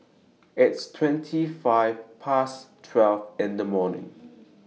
its twenty five Past twelve in The afternoon